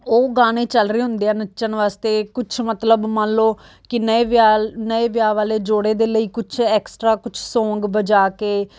ਉਹ ਗਾਣੇ ਚੱਲ ਰਹੇ ਹੁੰਦੇ ਹੈ ਨੱਚਣ ਵਾਸਤੇ ਕੁਛ ਮਤਲਬ ਮੰਨ ਲਉ ਕਿ ਨਵੇਂ ਵਿਆਹ ਨਵੇਂ ਵਿਆਹ ਵਾਲੇ ਜੋੜੇ ਦੇ ਲਈ ਕੁਛ ਐਕਸਟਰਾ ਕੁਛ ਸੋਂਗ ਵਜਾ ਕੇ